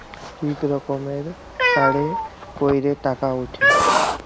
ইক রকমের কাড়ে ক্যইরে টাকা উঠে